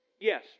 Yes